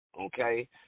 okay